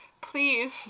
Please